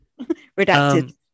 Redacted